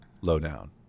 Lowdown